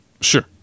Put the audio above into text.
Sure